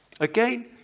Again